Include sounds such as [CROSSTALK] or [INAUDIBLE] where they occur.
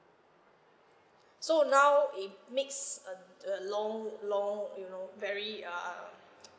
so now it makes a a long long you know very uh [NOISE]